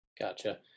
Gotcha